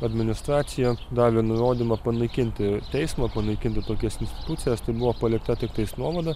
administracija davė nurodymą panaikinti teismą panaikinti tokias institucijas tai buvo palikta tiktais nuomonė